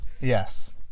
Yes